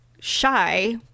shy